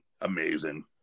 amazing